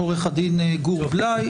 עו"ד גור בליי.